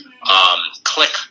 click